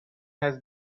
has